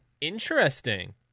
interesting